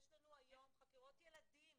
יש לנו היום חקירות ילדים